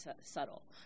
subtle